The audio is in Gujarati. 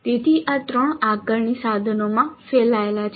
તેથી આ 3 આકારણી સાધનોમાં ફેલાયેલ છે